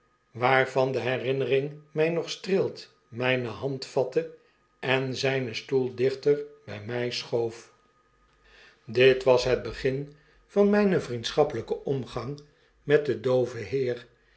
waarvan de herinnering my nog streelt mijne hand vatte en zynen stoel dichter bij mij schoof dit was het begin van mijnen vriendschappelijken omgang met den dooven heer